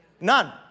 None